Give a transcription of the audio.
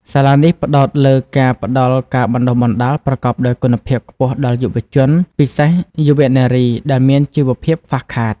សាលានេះផ្តោតលើការផ្តល់ការបណ្តុះបណ្តាលប្រកបដោយគុណភាពខ្ពស់ដល់យុវជន ពិសេសយុវនារីដែលមានជីវភាពខ្វះខាត។